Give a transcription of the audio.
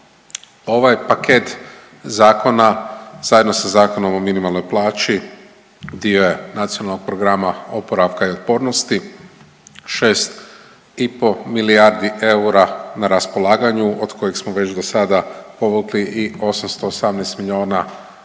Ovaj paket zakona zajedno sa Zakonom o minimalnoj plaći dio je Nacionalnog plana oporavka i otpornosti, 6,5 milijardi eura na raspolaganju, od kojih smo već do sada povukli i 818 milijuna eura